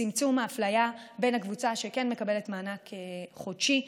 צמצום האפליה בין הקבוצה שכן מקבלת מענק חודשי,